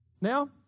Now